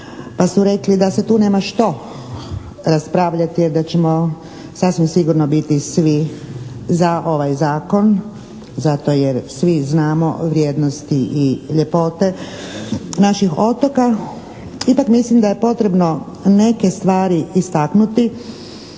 pa su rekli da se tu nema što raspravljati jer da ćemo sasvim sigurno biti svi za ovaj zakon zato jer svi znamo vrijednosti i ljepote naših otoka, ipak mislim da je potrebno neke stvari istaknuti,